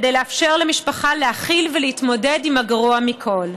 כדי לאפשר למשפחה להכיל ולהתמודד עם הגרוע מכול.